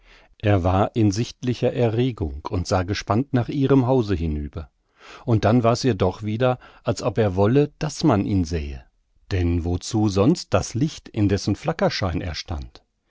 er war in sichtlicher erregung und sah gespannt nach ihrem hause hinüber und dann war's ihr doch wieder als ob er wolle daß man ihn sähe denn wozu sonst das licht in dessen flackerschein er